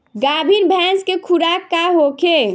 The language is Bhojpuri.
गाभिन भैंस के खुराक का होखे?